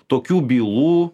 tokių bylų